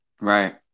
Right